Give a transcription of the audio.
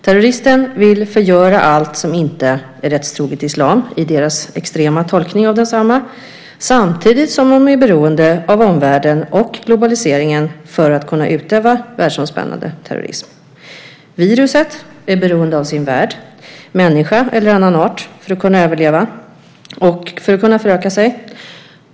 Terrorister vill förgöra allt som inte är rättstroget islam i deras extrema tolkning av densamma samtidigt som de är beroende av omvärlden och globaliseringen för att kunna utöva världsomspännande terrorism. Viruset är beroende av sin värd, människa eller annan art, för att kunna överleva och föröka sig.